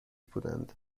بودند